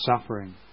suffering